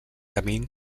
camí